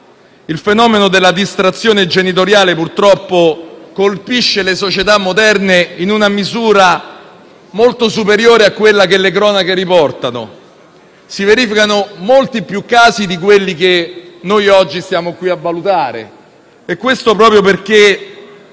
Il fenomeno della distrazione genitoriale purtroppo colpisce le società moderne in una misura molto superiore a quella che le cronache riportano. Si verificano molti più casi di quelli che noi oggi siamo qui a valutare, proprio perché